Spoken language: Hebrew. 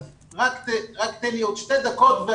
תן לי עוד שתי דקות.